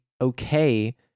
okay